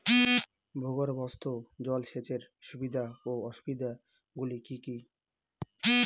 ভূগর্ভস্থ জল সেচের সুবিধা ও অসুবিধা গুলি কি কি?